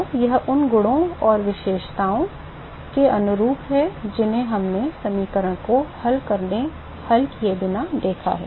तो यह उन गुणों और विशेषताओं के अनुरूप है जिन्हें हमने समीकरण को हल किए बिना देखा था